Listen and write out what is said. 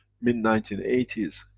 mid nineteen eighties,